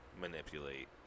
manipulate